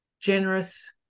generous